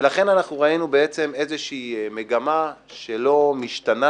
ולכן אנחנו ראינו בעצם איזושהי מגמה שלא משתנה